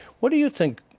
what do you think